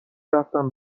رفتن